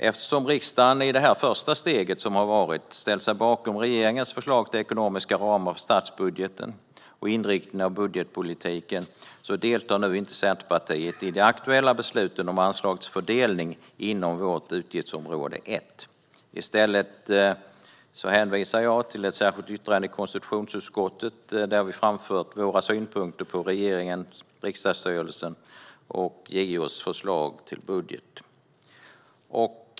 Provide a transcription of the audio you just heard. Eftersom riksdagen i det första steg som har varit har ställt sig bakom regeringens förslag till ekonomiska ramar för statsbudgeten och inriktningen på budgetpolitiken deltar Centerpartiet nu inte i det aktuella beslutet om anslagsfördelning inom utgiftsområde 1. I stället hänvisar jag till ett särskilt yttrande i konstitutionsutskottet, där vi framfört våra synpunkter på regeringens, riksdagsstyrelsens och JO:s förslag till budget.